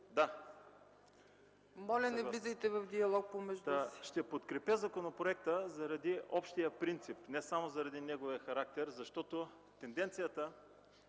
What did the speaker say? Моля, не влизайте в диалог помежду си. ГЕОРГИ ТЕРЗИЙСКИ: Ще подкрепя законопроекта заради общия принцип, не само заради неговия характер, защото тенденцията